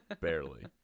barely